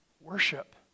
Worship